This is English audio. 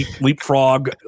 leapfrog